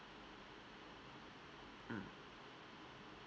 mm